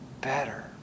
better